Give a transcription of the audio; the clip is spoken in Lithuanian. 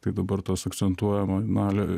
tai dabar tas akcentuojama na ale